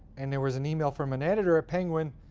and there was an email from an editor at penguin.